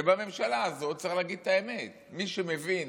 ובממשלה הזאת, צריך להגיד את האמת, מי שמבין